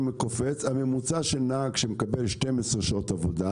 ממוצע הנהיגה של נהג שמקבל 12 שעות עבודה